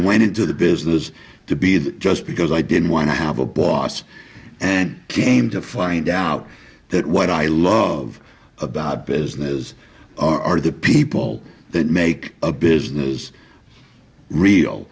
went into the business to be that just because i didn't want to have a boss and came to find out that what i love about business are the people that make a business